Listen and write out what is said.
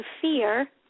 fear